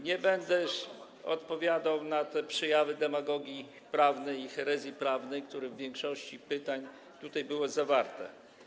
Nie będę odpowiadał na te przejawy demagogii prawnej i herezji prawnej, które w większości pytań były zawarte.